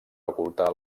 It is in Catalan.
ocultar